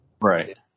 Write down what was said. Right